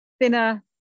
thinner